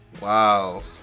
Wow